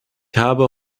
habe